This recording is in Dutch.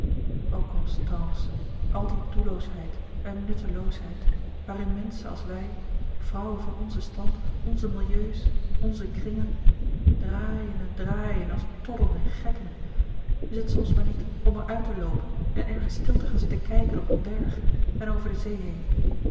constance al die doelloosheid en nutteloosheid waarin menschen als wij vrouwen van onzen stand onze milieus onze kringen draaien en draaien als tollen en gekken is het soms maar niet om er uit te loopen en ergens stil te gaan zitten kijken op een berg en over de zee heen